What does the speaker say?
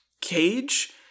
cage